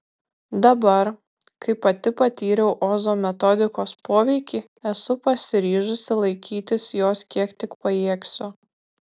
dabar kai pati patyriau ozo metodikos poveikį esu pasiryžusi laikytis jos kiek tik pajėgsiu